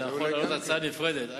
אתה יכול להביא הצעה נפרדת.